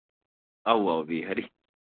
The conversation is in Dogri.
आओ आओ फ्ही खरी